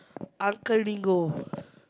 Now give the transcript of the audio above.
Uncle-Ringo